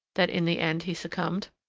that in the end he succumbed?